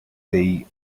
they